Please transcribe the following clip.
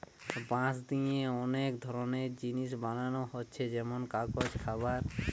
বাঁশ দিয়ে অনেক ধরনের জিনিস বানানা হচ্ছে যেমন কাগজ, খাবার